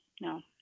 No